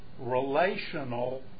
relational